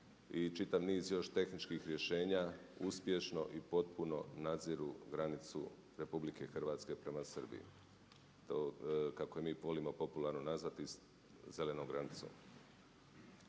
i čitav niz još tehničkih rješenja uspješno i potpuno nadziru granicu RH prema Srbiji. To kako je mi volimo popularno nazvati zelenom granicom.